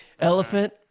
Elephant